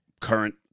current